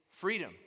freedom